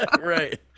right